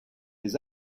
les